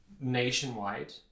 nationwide